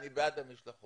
אני בעד המשלחות.